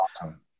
Awesome